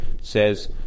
says